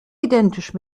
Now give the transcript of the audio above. identisch